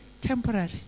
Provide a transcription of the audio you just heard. temporary